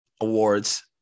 awards